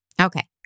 Okay